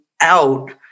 out